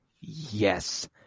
Yes